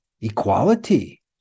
equality